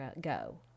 go